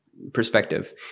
perspective